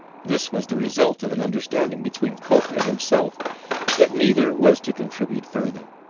this was the result of an understanding between cope and himself that neither was to contribute further.